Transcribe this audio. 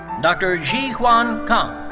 dr. ji-hwan kang.